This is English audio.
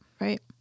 right